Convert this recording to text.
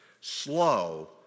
slow